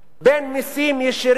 בין מסים ישירים,